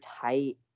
tight